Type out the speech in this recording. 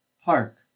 hark